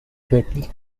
greatly